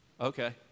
Okay